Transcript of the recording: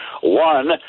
One